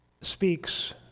speaks